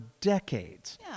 decades